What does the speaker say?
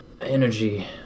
energy